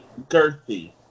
girthy